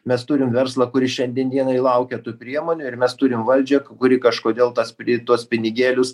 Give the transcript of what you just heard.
mes turim verslą kuris šiandien dienai laukia tų priemonių ir mes turim valdžią kuri kažkodėl tas prie tuos pinigėlius